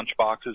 lunchboxes